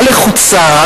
הלחוצה,